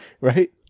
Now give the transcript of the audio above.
Right